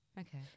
Okay